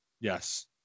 Yes